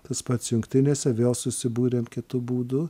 tas pats jungtinėse vėl susibūrėm kitu būdu